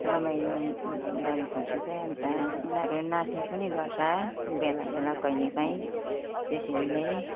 रमाइलो गरेपछि चाहिँ अन्त उनीहरू नाच्ने पनि गर्छ बेला बेला कहिलेकाहीँ त्यसरी नै